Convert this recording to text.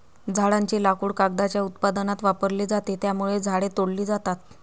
झाडांचे लाकूड कागदाच्या उत्पादनात वापरले जाते, त्यामुळे झाडे तोडली जातात